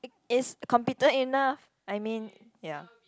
is competent enough I mean ya